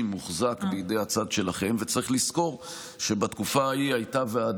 רק תיקון טעות, בתקופת השר ניסנקורן הייתם ביחד